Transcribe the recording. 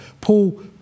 Paul